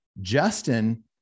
Justin